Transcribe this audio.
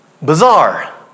Bizarre